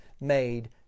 made